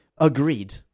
Agreed